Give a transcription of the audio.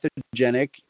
pathogenic